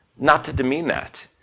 not to demean that,